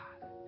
God